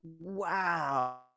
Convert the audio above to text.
Wow